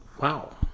Wow